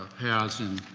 has in